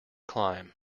climb